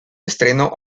estreno